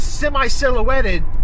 Semi-silhouetted